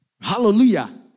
Hallelujah